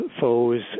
foes